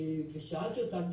שאלתי אותה,